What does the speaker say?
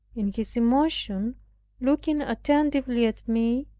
in his emotion looking attentively at me,